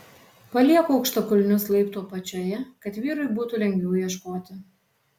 palieku aukštakulnius laiptų apačioje kad vyrui būtų lengviau ieškoti